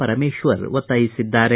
ಪರಮೇಶ್ವರ ಒತ್ತಾಯಿಸಿದ್ದಾರೆ